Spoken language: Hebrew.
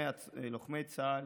לוחמי צה"ל